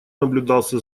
наблюдался